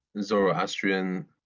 zoroastrian